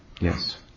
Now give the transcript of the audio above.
Yes